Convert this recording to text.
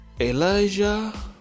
Elijah